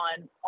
on